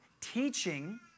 Teaching